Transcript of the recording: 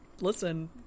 Listen